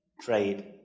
trade